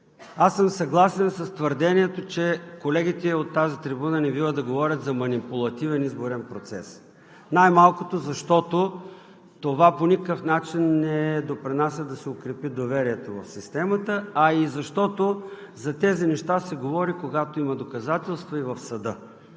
Аз съм съгласен с твърдението, че колегите от тази трибуна не бива да говорят за манипулативен изборен процес, защото най-малкото това по никакъв начин не допринася да се укрепи доверието в системата, а и защото за тези неща се говори, когато има доказателства и в съда,